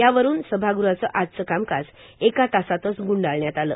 यावरून सभागृहाचं आजचं कामकाज एकातासातच ग्ंडाळण्यात आलं